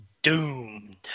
doomed